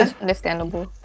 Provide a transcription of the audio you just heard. understandable